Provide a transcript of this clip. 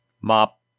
Mop